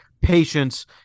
patience